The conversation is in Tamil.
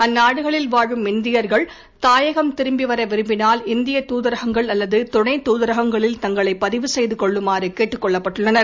அந்நாடுகளில் வாழும் இந்தியர்கள் தாயகம் திரும்பி வர விரும்பினால் இந்திய தூதரகங்கள் அல்லது துணை தூதரகங்களில் தங்களை பதிவு செய்து கொள்ளுமாறு கேட்டுக் கொள்ளப்பட்டுள்ளனர்